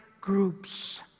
groups